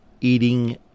eating